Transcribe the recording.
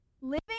Living